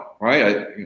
right